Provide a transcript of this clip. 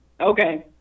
Okay